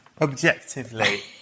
Objectively